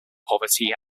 poverty